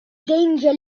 danger